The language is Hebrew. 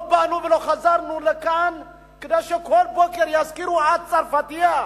לא באנו ולא חזרנו לכאן כדי שכל בוקר יזכירו: את צרפתייה,